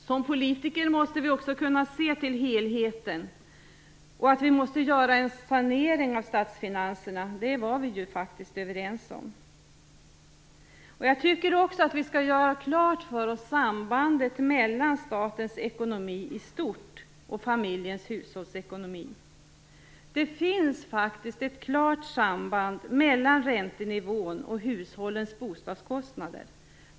Som politiker måste vi kunna se till helheten, och att vi måste göra en sanering av statsfinanserna var vi ju överens om. Jag tycker också att vi skall göra klart för oss sambandet mellan statens ekonomi i stort och familjens hushållsekonomi. Det finns faktiskt ett klart samband mellan räntenivån och hushållens bostadskostnader.